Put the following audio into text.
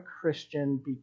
Christian